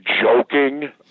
joking